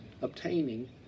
obtaining